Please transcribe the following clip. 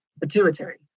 pituitary